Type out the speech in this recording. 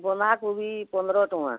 ବନ୍ଧାକୋବି ପନ୍ଦର ଟଙ୍କା